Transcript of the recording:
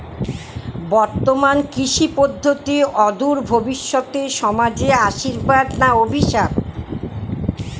বর্তমান কৃষি পদ্ধতি অদূর ভবিষ্যতে সমাজে আশীর্বাদ না অভিশাপ?